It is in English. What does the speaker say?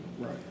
right